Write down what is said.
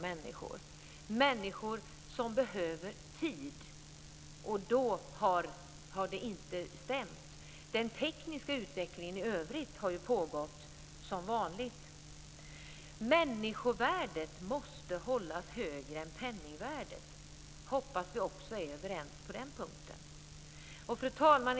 Människor behöver tid, och då har det inte stämt. Den tekniska utvecklingen i övrigt har ju pågått som vanligt. Människovärdet måste hållas högre än penningvärdet. Jag hoppas att vi är överens också på den punkten. Fru talman!